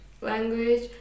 language